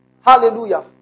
Hallelujah